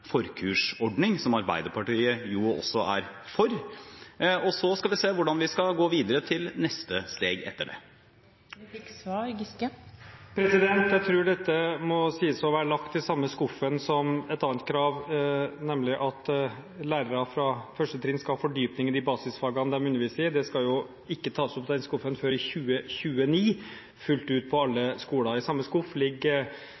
forkursordning, som Arbeiderpartiet også er for. Etter det skal vi se hvordan vi skal gå videre, ta neste steg. Jeg tror dette må sies å være lagt i samme skuffen som et annet krav, nemlig at lærere fra 1. trinn skal ha fordypninger i basisfagene de underviser i. Det skal ikke tas opp fra skuffen – fullt ut på alle skoler – før i 2029. I samme skuff ligger